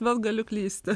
vėl galiu klysti